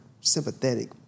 sympathetic